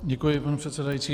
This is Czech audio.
Děkuji, pane předsedající.